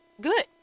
good